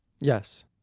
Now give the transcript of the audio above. Yes